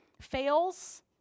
fails